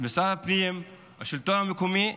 משרד הפנים, השלטון המקומי,